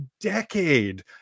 decade